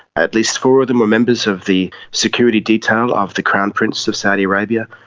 at least four of them were members of the security detail of the crown prince of saudi arabia,